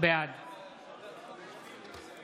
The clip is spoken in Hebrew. בעד